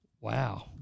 Wow